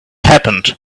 happened